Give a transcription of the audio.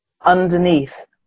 underneath